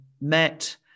met